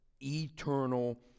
eternal